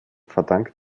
verdankt